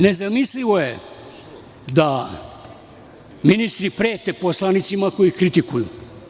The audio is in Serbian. Nezamislivo je da ministri prete poslanicima koji kritikuju.